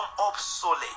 obsolete